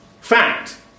Fact